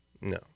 No